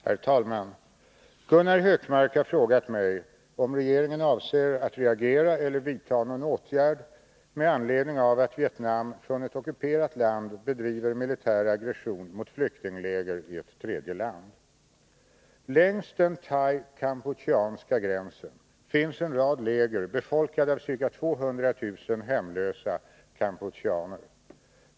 Herr talman! Gunnar Hökmark har frågat mig om regeringen avser att reagera eller vidta någon åtgärd med anledning av att Vietnam från ett ockuperat land bedriver militär aggression mot flyktingläger i ett tredje land. Längs den thai-kampucheanska gränsen finns en rad läger befolkade av ca 200 000 hemlösa kampucheaner.